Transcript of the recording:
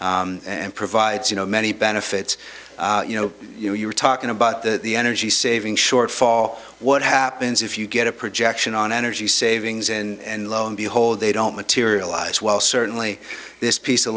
district and provides you know many benefits you know you were talking about the energy saving shortfall what happens if you get a projection on energy savings and lo and behold they don't materialize well certainly this piece of